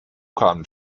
kamen